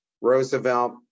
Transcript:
Roosevelt